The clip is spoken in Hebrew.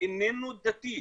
איננו דתי,